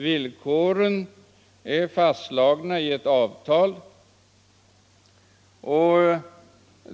Villkoren är fastslagna i ett avtal.